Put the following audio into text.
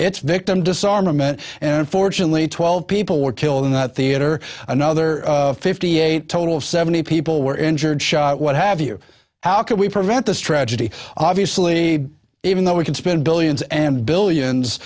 it's victim disarmament and unfortunately twelve people were killed in that theater another fifty eight total of seventy people were injured shot what have you how can we prevent this tragedy obviously even though we can spend billions and billions